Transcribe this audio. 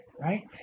right